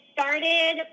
Started